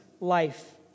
life